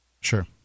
Sure